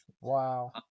Wow